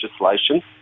legislation